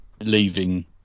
leaving